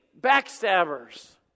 backstabbers